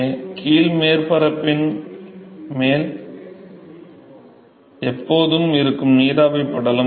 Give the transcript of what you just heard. கீழ் மேற்பரப்பின் மேல் எப்போதும் இருக்கும் நீராவி படலம் இருக்கும்